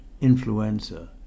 influenza